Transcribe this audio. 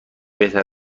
بهتر